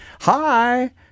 Hi